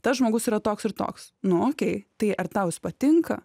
tas žmogus yra toks ir toks nu okei tai ar tau jis patinka